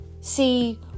See